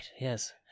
yes